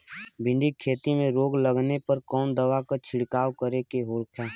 भिंडी की खेती में रोग लगने पर कौन दवा के छिड़काव खेला?